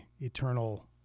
eternal